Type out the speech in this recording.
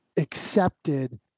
Accepted